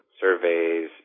surveys